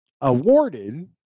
awarded